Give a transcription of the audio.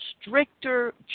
stricter